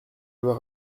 veux